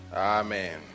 Amen